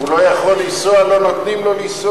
הוא לא יכול לנסוע, לא נותנים לו לנסוע,